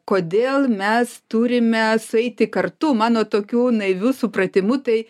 kodėl mes turime sueiti kartu mano tokiu naiviu supratimu tai